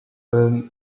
then